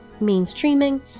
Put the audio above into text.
mainstreaming